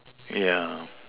yeah